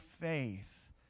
faith